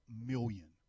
million